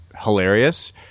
hilarious